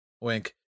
wink